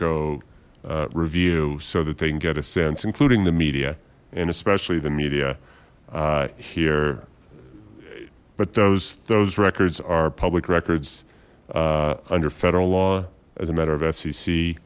go review so that they can get a sense including the media and especially the media here but those those records are public records under federal law as a matter of f